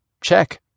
Check